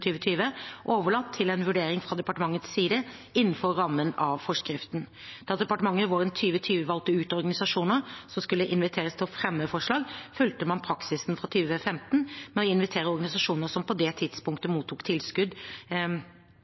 overlatt til en vurdering fra departementets side innenfor rammen av forskriften. Da departementet våren 2020 valgte ut organisasjoner som skulle inviteres til å fremme forslag, fulgte man praksisen fra 2015 med å invitere organisasjoner som på det tidspunktet mottok tilskudd